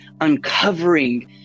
uncovering